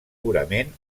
purament